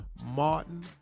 martin